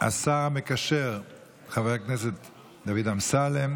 השר המקשר חבר הכנסת דוד אמסלם.